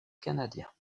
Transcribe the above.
canadien